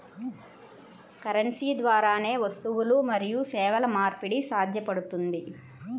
currency ద్వారానే వస్తువులు మరియు సేవల మార్పిడి సాధ్యపడుతుంది